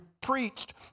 preached